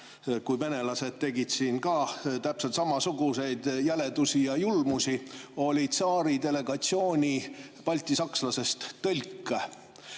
kui venelased tegid siin ka täpselt samasuguseid jäledusi ja julmusi, tsaaridelegatsiooni baltisakslasest tõlk.